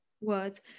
words